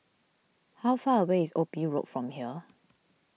how far away is Ophir Road from here